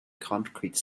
concrete